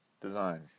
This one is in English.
design